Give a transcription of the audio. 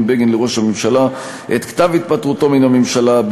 בגין לראש הממשלה את כתב התפטרותו מן הממשלה,